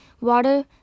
water